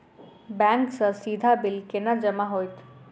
Bank सँ सीधा bill केना जमा होइत?